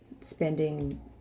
spending